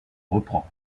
reprend